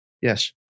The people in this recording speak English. Yes